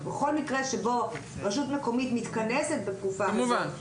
בכל מקרה שבו רשות מקומית מתכנסת בתקופה הזו,